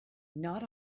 not